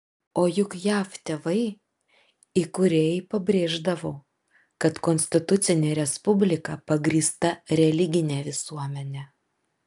o juk jav tėvai įkūrėjai pabrėždavo kad konstitucinė respublika pagrįsta religine visuomene